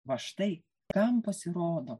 va štai kam pasirodo